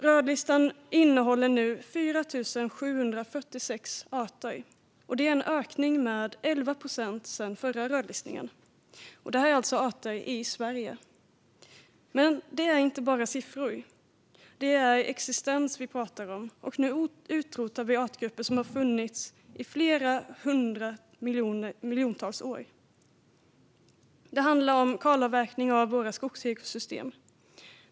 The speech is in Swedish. Rödlistan innehåller nu 4 746 arter, en ökning med 11 procent sedan förra listan. Detta är alltså arter i Sverige. Men det är inte bara siffror; det är existens vi pratar om. Nu utrotar vi artgrupper som har funnits i flera hundra miljoner år. Det handlar om kalavverkning av våra skogsekosystem.